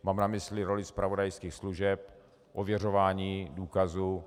Mám na mysli roli zpravodajských služeb, ověřování důkazů.